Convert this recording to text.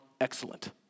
excellent